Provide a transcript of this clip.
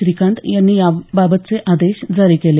श्रीकांत यांनी याबाबतचे आदेश जारी केले